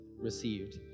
received